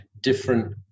different